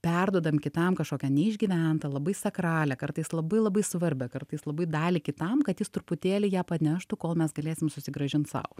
perduodam kitam kažkokią neišgyventą labai sakralią kartais labai labai svarbią kartais labai dalį kitam kad jis truputėlį ją paneštų kol mes galėsim susigrąžint sau